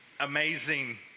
amazing